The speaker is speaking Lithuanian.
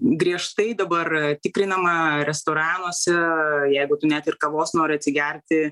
griežtai dabar tikrinama restoranuose jeigu tu net ir kavos nori atsigerti